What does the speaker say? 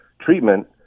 treatment